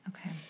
Okay